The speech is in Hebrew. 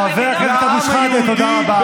חבר הכנסת שחאדה, תודה רבה.